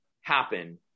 happen